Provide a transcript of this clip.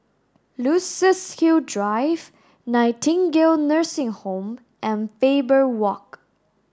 Luxus Hill Drive Nightingale Nursing Home and Faber Walk